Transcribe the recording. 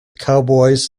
cowboys